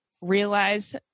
realize